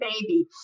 baby